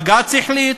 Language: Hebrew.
בג"ץ החליט,